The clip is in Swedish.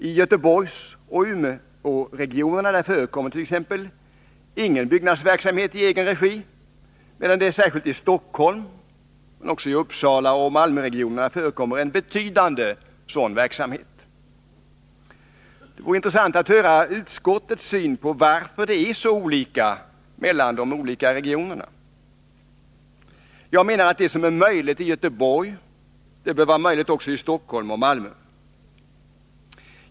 I Göteborgsoch Umeåregionerna förekommer t.ex. ingen byggnadsverksamhet i egen regi, medan det särskilt i Stockholm men också i Uppsalaoch Malmöregionerna förekommer en betydande sådan verksamhet. Det vore av intresse om utskottet kunde förklara varför denna skillnad råder mellan de olika regionerna. Det som är möjligt i Göteborg bör vara möjligt också i Stockholm och Malmö.